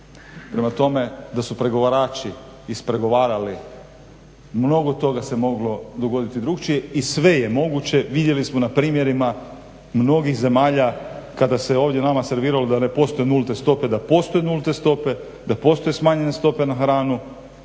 Prema tome, da su pregovarači ispregovarali mnogo toga se moglo dogoditi drukčije i sve je moguće. Vidjeli smo na primjerima mnogih zemalja kada se ovdje nama serviralo da ne postoje nulte stope, da postoje nulte stope, da postoje smanjene stope na hranu.